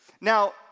Now